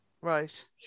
Right